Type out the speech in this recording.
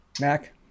Mac